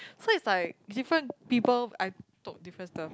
so is like different people I talk different stuff